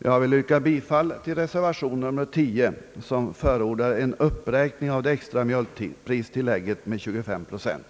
Jag vill yrka bifall till reservation 10, som förordar en uppräkning av det extra mjölkpristillägget med 25 procent.